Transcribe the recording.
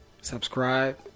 subscribe